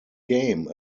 game